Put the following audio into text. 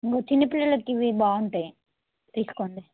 ఇదిగో చిన్నపిల్లలకి ఇవి బాగుంటాయి తీసుకోండి